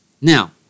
Now